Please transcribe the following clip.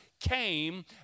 came